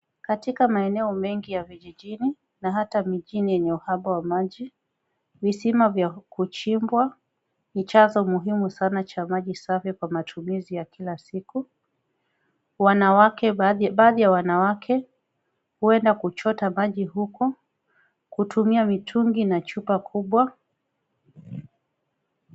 Katika maeneo mengi ya vijijini na hata mijini yenye uhaba wa maji, visima vya kuchimbwa ni chanzo muhimu sana cha maji safi cha matumizi ya kila siku. Baadhi ya wanawake huenda kuchota maji huku hutumia mitungi na chupa kubwa.